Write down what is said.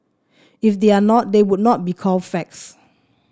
if they are not they would not be called facts